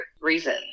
reason